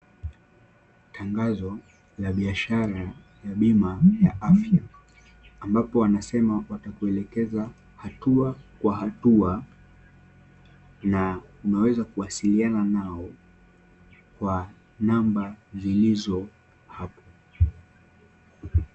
Tangazo la biashara ya bima ya afya, ambapo wanasema watakuelekeza hatua kwa hatua na unaweza kuwasiliana nao kwa namba zilizo hapo.